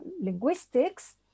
linguistics